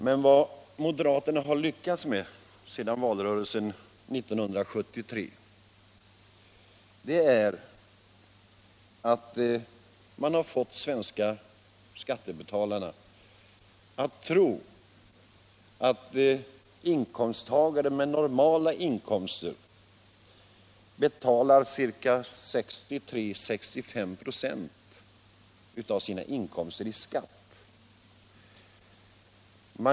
Men vad moderaterna har lyckats med sedan valrörelsen 1973 är att få de svenska skattebetalarna att tro att inkomsttagare med normala inkomster betalar 63-65 96 av sina inkomster i skatt.